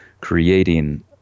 creating